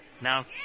Now